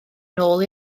nôl